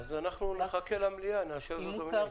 אז אנחנו נחכה למליאה ונאשר זאת במליאה.